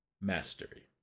Mastery